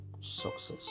Success